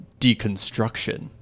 deconstruction